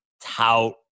tout